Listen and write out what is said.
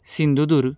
Sindhudurg